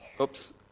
oops